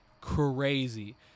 crazy